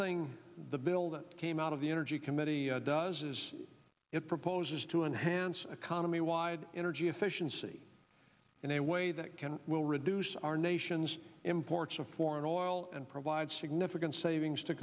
thing the bill that came out of the energy committee does is it proposes to enhance economy wide energy efficiency in a way that can will reduce our nation's imports of foreign oil and provide significant savings to